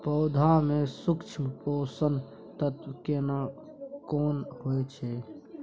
पौधा में सूक्ष्म पोषक तत्व केना कोन होय छै?